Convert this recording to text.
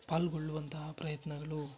ಪಾಲ್ಗೊಳ್ಳುವಂತಹ ಪ್ರಯತ್ನಗಳೂ